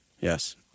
Yes